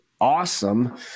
awesome